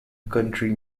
country